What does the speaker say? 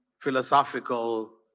philosophical